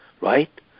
right